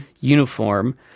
uniform